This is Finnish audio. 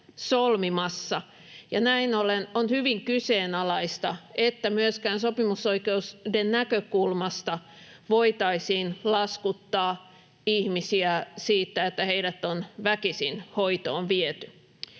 solmimassa. Näin ollen on hyvin kyseenalaista, että myöskään sopimusoikeuden näkökulmasta voitaisiin laskuttaa ihmisiä siitä, että heidät on väkisin hoitoon viety.